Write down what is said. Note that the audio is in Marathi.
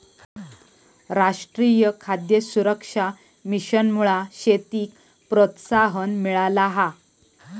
राष्ट्रीय खाद्य सुरक्षा मिशनमुळा शेतीक प्रोत्साहन मिळाला हा